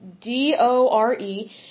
D-O-R-E